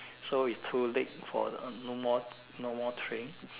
so is too late for no more no more train